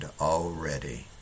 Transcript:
already